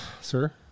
sir